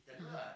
(uh huh)